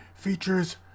features